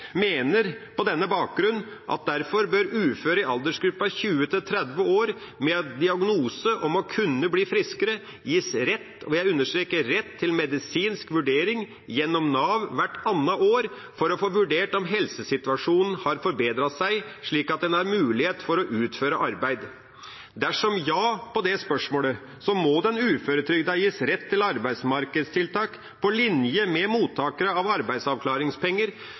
mener på denne bakgrunn at derfor bør uføre i aldersgruppa 20–30 år med diagnose for å kunne bli friskere gis rett – og jeg understreker rett – til medisinsk vurdering gjennom Nav hvert annet år for å få vurdert om helsesituasjonen har forbedret seg slik at en har mulighet for å utføre arbeid. Dersom svaret er ja på det spørsmålet, må den uføretrygdede gis rett til arbeidsmarkedstiltak på linje med mottakere av arbeidsavklaringspenger,